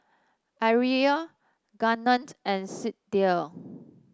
Ariel Garnett and Sydell